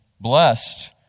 blessed